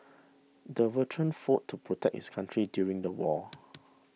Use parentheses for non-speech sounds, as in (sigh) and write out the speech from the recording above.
the veteran fought to protect his country during the war (noise)